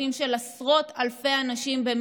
בהיקפים של עשרות אלפי אנשים.